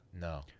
No